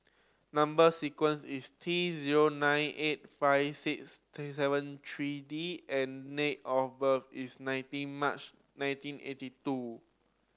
number sequence is T zero nine eight five six seven three D and date of birth is nineteen March nineteen eighty two